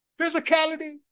physicality